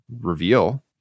reveal